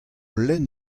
lenn